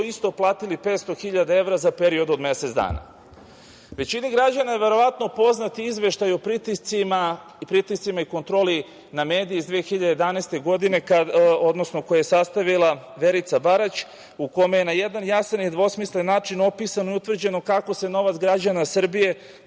isto platili 500 hiljada evra za period od mesec dana. Većini građana je verovatno poznat izveštaj o pritiscima i kontroli na medije iz 2011. godine, odnosno koji je sastavila Verica Barać, u kome je na jedan jasan i nedvosmislen način opisano i utvrđeno kako se novac građana Srbije